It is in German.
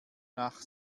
nach